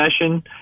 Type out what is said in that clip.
session